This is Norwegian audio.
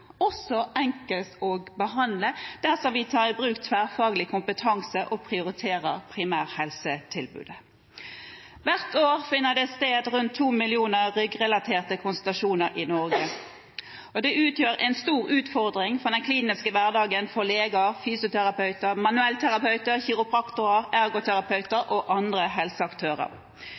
også enklest å behandle, dersom vi tar i bruk tverrfaglig kompetanse og prioriterer primærhelsetjenesten». Hvert år finner det sted rundt 2 millioner ryggrelaterte konsultasjoner i Norge. Det utgjør en stor utfordring i den kliniske hverdagen for leger, fysioterapeuter, manuellterapeuter, kiropraktorer,